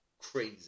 crazy